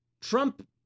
Trump